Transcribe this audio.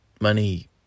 money